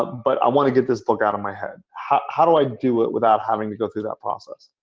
but i want to get this book out of my head. how how do i do it without having to go through that process?